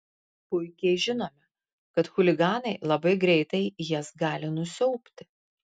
puikiai žinome kad chuliganai labai greitai jas gali nusiaubti